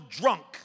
drunk